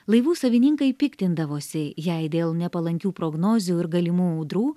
laivų savininkai piktindavosi jei dėl nepalankių prognozių ir galimų audrų